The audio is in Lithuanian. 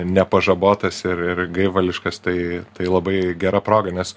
nepažabotas ir ir gaivališkas tai tai labai gera proga nes